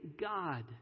God